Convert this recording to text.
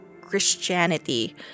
Christianity